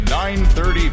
9.30